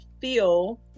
feel